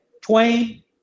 Twain